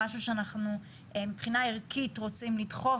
משהו שאנחנו מבחינה ערכית רוצים לדחוף,